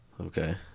Okay